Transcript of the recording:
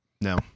No